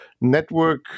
network